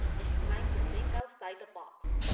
it's time to think outside the box.